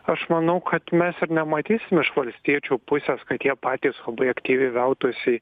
aš manau kad mes ir nematysim iš valstiečių pusės kad jie patys labai aktyviai veltųsi